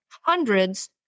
hundreds